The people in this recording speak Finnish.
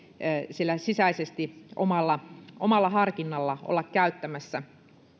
sisäisesti omalla omalla harkinnalla olla käyttämässä